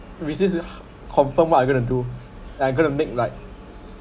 this is confirm what I going to do I got to make like